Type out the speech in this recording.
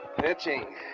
pitching